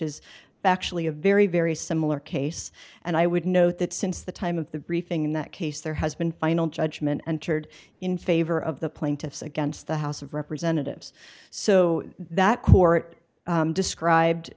is actually a very very similar case and i would note that since the time of the briefing in that case there has been final judgment entered in favor of the plaintiffs against the house of representatives so that court described